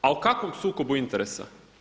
Ali o kakvom sukobu interesa?